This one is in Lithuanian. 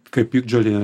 kaip piktžolė